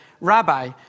Rabbi